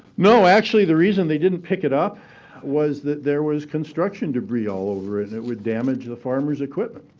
no, actually the reason they didn't pick it up was that there was construction debris all over it and it would damage the farmers' equipment.